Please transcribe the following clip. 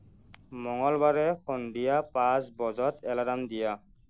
মঙলবাৰে সন্ধিয়া পাঁচ বজাত এলাৰ্ম দিয়া